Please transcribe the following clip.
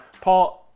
paul